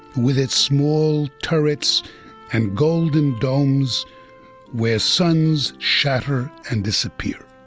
with its small turrets and golden domes where suns shatter and disappear.